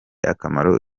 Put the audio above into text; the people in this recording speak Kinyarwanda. akamaro